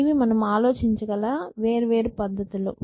ఇవి మనం ఆలోచించగల వేర్వేరు పద్ధతులు